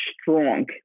strong